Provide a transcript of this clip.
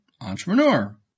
entrepreneur